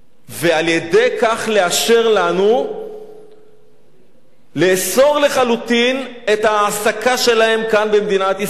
ועל-ידי כך לאשר לנו לאסור לחלוטין את ההעסקה שלהם כאן במדינת ישראל,